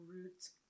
roots